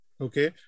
Okay